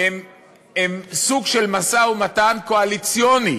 היא סוג של משא-ומתן קואליציוני